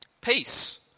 Peace